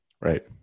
Right